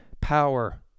power